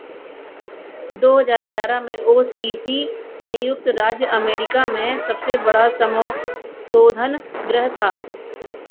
दो हज़ार ग्यारह में ओ सी सी संयुक्त राज्य अमेरिका में सबसे बड़ा संशोधन गृह था